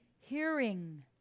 hearing